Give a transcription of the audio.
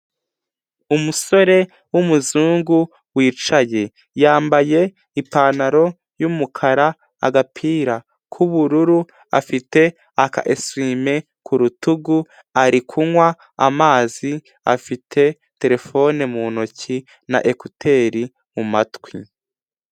Umusore w'umuzungu wicaye, yambaye ipantaro y'umukara, agapira k'ubururu afite aka eswime ku rutugu, ari kunywa amazi, afite telefone mu ntoki na ekuteri mu matwi.